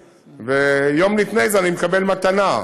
ויום לפני אני מקבל מתנה,